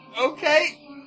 okay